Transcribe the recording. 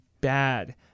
bad